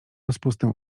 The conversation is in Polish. rozpustę